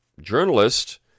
journalist